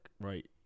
Right